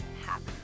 happy